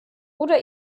oder